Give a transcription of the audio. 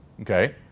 Okay